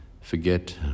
Forget